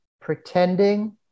pretending